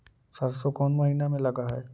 सरसों कोन महिना में लग है?